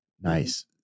Nice